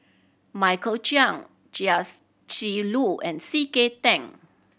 Michael Chiang Chia Lu and C K Tang